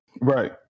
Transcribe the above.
Right